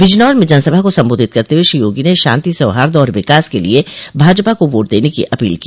बिजनौर में जनसभा को संबोधित करते हुए श्री योगी ने शांति सौर्हाद और विकास के लिये भाजपा को वोट देने की अपील की